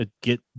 get